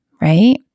right